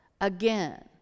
again